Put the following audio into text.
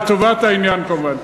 לטובת העניין כמובן?